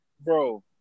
Bro